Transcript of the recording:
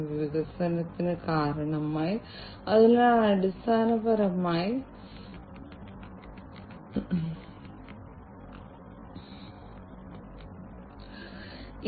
അതിനാൽ മേൽക്കൂര തകർന്ന് ഖനന തൊഴിലാളികൾക്ക് അപകടമുണ്ടാക്കാം